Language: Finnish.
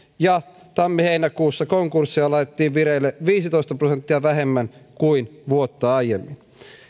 ja tammi heinäkuussa konkursseja laitettiin vireille viisitoista prosenttia vähemmän kuin vuotta aiemmin